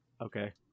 Okay